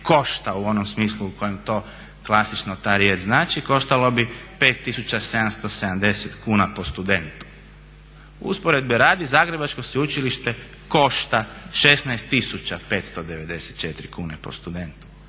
košta u onom smislu u kojem to klasično ta riječ znači, koštalo bi 5.770 kuna po studentu. Usporedbe radi Zagrebačko sveučilište košta 16.594 kune po studentu,